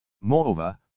Moreover